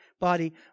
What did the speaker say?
body